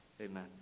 amen